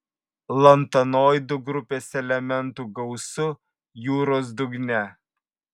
lantanoidų grupės elementų gausu jūros dugne